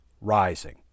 rising